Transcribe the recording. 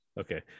Okay